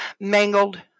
mangled